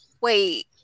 wait